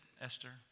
Esther